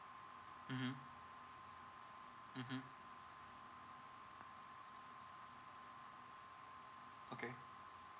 mmhmm okay